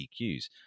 EQs